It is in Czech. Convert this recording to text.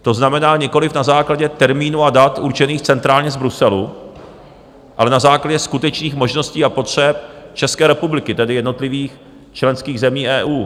To znamená, nikoliv na základě termínů a dat určených centrálně z Bruselu, ale na základě skutečných možností a potřeb České republiky, tedy jednotlivých členských zemí EU.